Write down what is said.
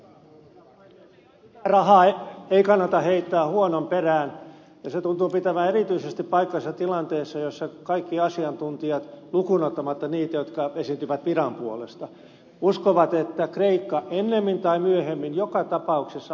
hyvää rahaa ei kannata heittää huonon perään ja se tuntuu pitävän erityisesti paikkansa tilanteessa jossa kaikki asiantuntijat lukuun ottamatta niitä jotka esiintyvät viran puolesta uskovat että kreikka ennemmin tai myöhemmin joka tapauksessa ajautuu selvitystilaan